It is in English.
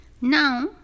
Now